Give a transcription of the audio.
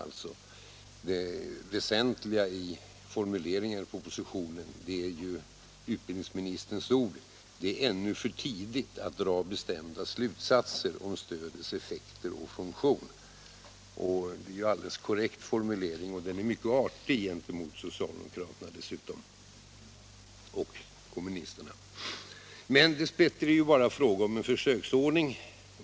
Det väsentliga i formuleringen i propositionen är ju utbildningsministerns ord: Det är ännu för tidigt att dra bestämda slutsatser om stödets effekter och funktion. Det är en alldeles korrekt formulering. Den är dessutom mycket artig gentemot socialdemokraterna och kommunisterna. Men dess bättre är det ju bara fråga om en försöksordning.